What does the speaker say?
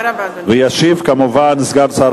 בשלב זה